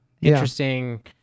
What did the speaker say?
interesting